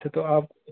अच्छा तो आप